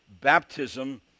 baptism